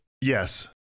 Yes